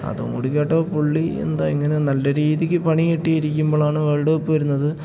അതും കൂടിക്കേട്ടപ്പോൾ പുള്ളി എന്താ ഇങ്ങനെ നല്ല രീതിക്ക് പണി കിട്ടി ഇരിക്കുമ്പോഴാണ് വേൾഡ് കപ്പ് വരുന്നത്